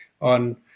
on